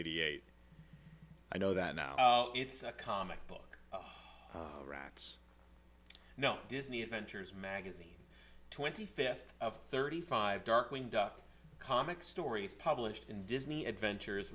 eighty eight i know that now it's a comic book rats now disney adventures magazine twenty fifth of thirty five darkwing duck comics stories published in disney adventures